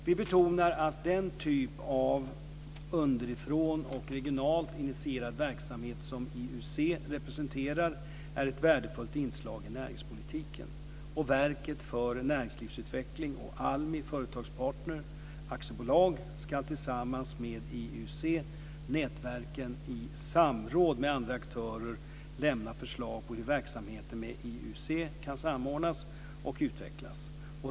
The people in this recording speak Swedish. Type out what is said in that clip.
Vi betonar att den typ av underifrån och regionalt initierad verksamhet som IUC representerar är ett värdefullt inslag i näringspolitiken. Verket för näringslivsutveckling och Almi Företagspartner AB ska tillsammans med IUC-nätverken, i samråd med andra aktörer lämna förslag på hur verksamheten med IUC kan samordnas och utvecklas.